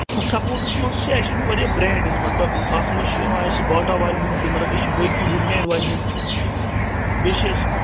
sports منٛز چھِ اَسہِ واریاہ برٛینٛڈ حظ مطلب اَتھ منٛز چھِ یِوان اَسہِ باٹا والٮ۪ن ہٕنٛدۍ تہِ مطلب أسۍ چھِ بٲقی وُڈلینٛڈ والٮ۪ن ہِنٛدۍ بیٚیہِ چھِ اَسہِ